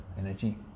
energy